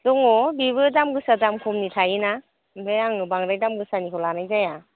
दङ बेबो दाम गोसा दाम खमनि थायोना ओमफ्राय आङो बांद्राय दाम गोसानिखौ लानाय जाया